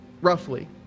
roughly